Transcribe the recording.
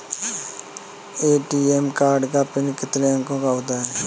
ATM card का PIN कितने अंकों का होता है?